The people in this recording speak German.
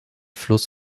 fluss